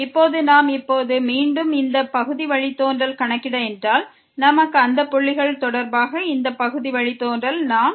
இப்போது நாம் இப்போது மீண்டும் அந்த புள்ளிகளுக்கு y தொடர்பாக பகுதி வழித்தோன்றலை கணக்கிட்டால் அங்கு x≠ y2